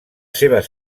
seves